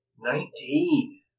Nineteen